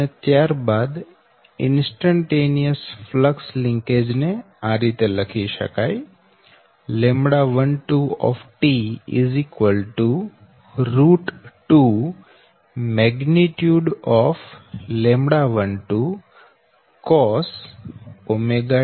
અને ત્યાર બાદ ઇન્સ્ટન્ટેનિયસ ફ્લક્સ લિંકેજ ને આ રીતે લખી શકાય λ12 2 λ12 cos𝜔t𝛼